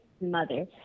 mother